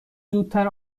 زودتر